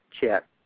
chat